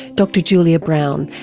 dr julia brown,